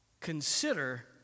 consider